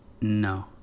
No